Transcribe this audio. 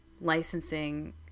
licensing